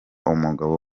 umugabo